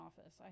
office